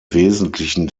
wesentlichen